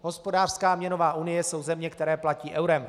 Hospodářská a měnová unie jsou země, které platí eurem.